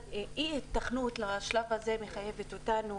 חוסר הכנה לשלב הזה מחייבת אותנו